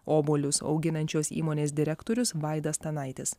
obuolius auginančios įmonės direktorius vaidas stanaitis